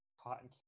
cotton